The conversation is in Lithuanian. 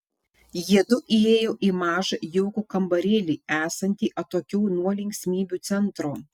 jiedu įėjo į mažą jaukų kambarėlį esantį atokiau nuo linksmybių centro